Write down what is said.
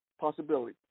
possibility